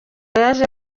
yaje